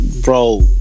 bro